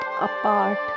apart